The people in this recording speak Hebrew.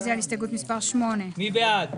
רוויזיה על הסתייגות מס' 42. מי בעד,